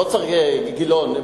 גילאון,